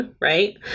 right